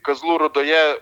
kazlų rūdoje